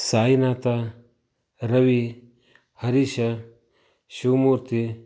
Sainath Ravi Harish Shivamurthy